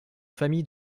famille